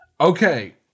Okay